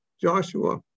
Joshua